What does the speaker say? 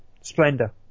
Splendor